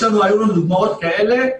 היו לנו דוגמאות כאלה.